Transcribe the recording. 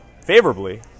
favorably